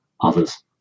others